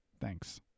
Thanks